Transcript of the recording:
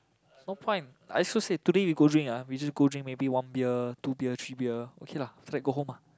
no point I also say today we go drink ah we just go drink maybe one beer two beer three beer okay lah after that go home ah